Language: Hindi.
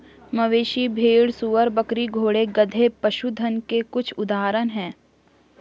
मवेशी, भेड़, सूअर, बकरी, घोड़े, गधे, पशुधन के कुछ उदाहरण हैं